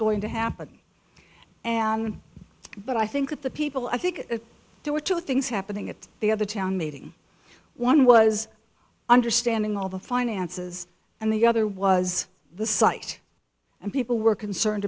going to happen and but i think at the people i think there were two things happening at the other town meeting one was understanding all the finances and the other was the site and people were concerned